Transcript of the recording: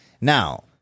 Now